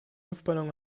luftballon